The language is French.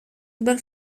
urbain